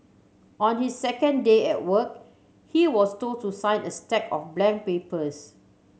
on his second day at work he was told to sign a stack of blank papers